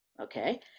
okay